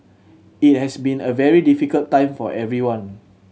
it has been a very difficult time for everyone